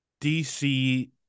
DC